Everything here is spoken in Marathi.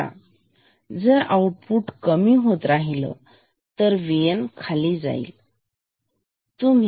आताजर आउटपुट कमी होत राहील तर VN खाली जाईल बरोबर